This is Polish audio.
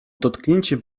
dotknięciem